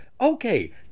Okay